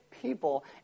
people